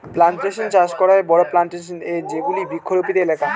plantation চাষ করা হয় বড়ো প্লানটেশন এ যেগুলি বৃক্ষরোপিত এলাকা